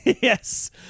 Yes